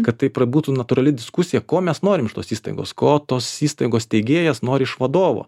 kad taip prabūtų natūrali diskusija ko mes norim iš tos įstaigos ko tos įstaigos steigėjas nori iš vadovo